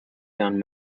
down